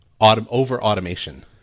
over-automation